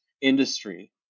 industry